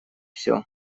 всё